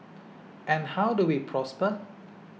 and how do we prosper